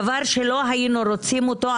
דבר שלא היינו רוצים אותו.